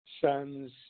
Sons